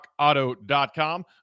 rockauto.com